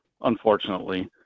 unfortunately